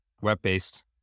web-based